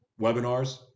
webinars